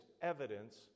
evidence